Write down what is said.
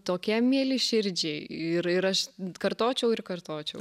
tokie mieli širdžiai ir ir aš kartočiau ir kartočiau